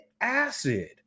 acid